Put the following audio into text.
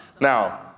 Now